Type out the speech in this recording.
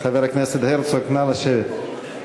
חבר הכנסת הרצוג, נא לשבת.